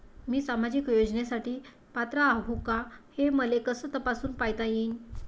मी सामाजिक योजनेसाठी पात्र आहो का, हे मले कस तपासून पायता येईन?